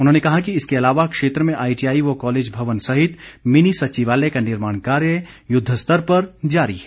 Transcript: उन्होंने कहा कि इसके अलावा क्षेत्र में आईटीआई व कॉलेज भवन सहित मिनी सचिवालय का निर्माण कार्य युद्ध स्तर पर जारी है